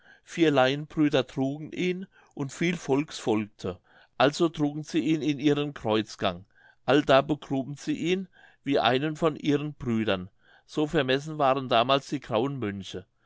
vier laienbrüder trugen ihn und viel volks folgte also trugen sie ihn in ihren kreuzgang allda begruben sie ihn wie einen von ihren brüdern so vermessen waren damals die grauen mönche